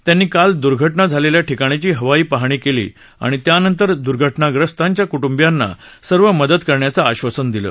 त्यांनी काल दुर्घटना झालेल्या ठिकाणाची हवाई पाहणी केली आणि त्यानंतर द्र्घटनाग्रस्तांच्या क्ट्ंबियांना सर्व मदत करण्याचं आश्वासन दिलं